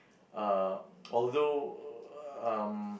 uh although um